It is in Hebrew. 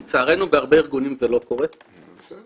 לצערנו בהרבה ארגונים זה לא קורה וצריך